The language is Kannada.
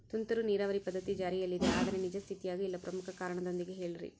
ತುಂತುರು ನೇರಾವರಿ ಪದ್ಧತಿ ಜಾರಿಯಲ್ಲಿದೆ ಆದರೆ ನಿಜ ಸ್ಥಿತಿಯಾಗ ಇಲ್ಲ ಪ್ರಮುಖ ಕಾರಣದೊಂದಿಗೆ ಹೇಳ್ರಿ?